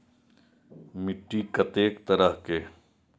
मिट्टी कतेक तरह के?